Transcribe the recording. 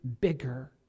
bigger